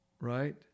right